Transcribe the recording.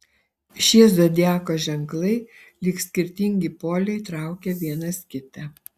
šie zodiako ženklai lyg skirtingi poliai traukia vienas kitą